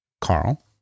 Carl